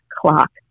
clock